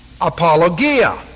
apologia